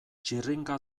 txirringa